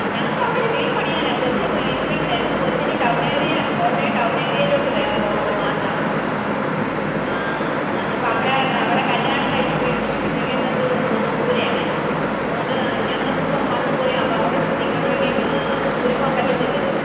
ആ ഞങ്ങൾക്ക് അവിടെ ഒരു വീട് പണിയാനാണ് കൊച്ചു യു കെയിൽ നിന്നു വരുമ്പോൾ കൊച്ചിന് ടൗൺ ഏരിയ കോട്ടയം ടൗൺ ഏരിയയിലോട്ടു പോകണം മാറി താമസിക്കണമെന്ന് ആ എന്നായിപ്പം അവളെ അവളെ കല്യാണം കഴിപ്പിച്ച് വിട്ടിരിക്കുന്നത് അങ്ങ് ദൂരെയാണേ അതുകൊണ്ട് ഞങ്ങൾക്ക് ഇപ്പം വന്നും പോയി അവരുടെയടുത്ത് നിൽക്കണമെങ്കിൽ അങ്ങ് ദൂരെ പോ പറ്റത്തില്ലല്ലോ